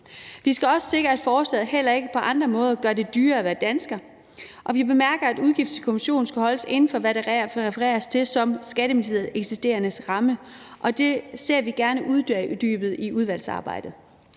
Vi skal også sikre, at forslaget heller ikke på andre måder gør det dyrere at være dansker. Vi bemærker, at udgifter til kommissionen skal holdes inden for, hvad der refereres til som Skatteministeriets eksisterende ramme. Det ser vi gerne uddybet i udvalgsarbejdet.